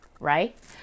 right